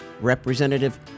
Representative